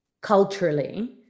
culturally